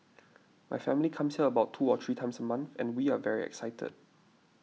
my family comes here about two or three times a month and we are very excited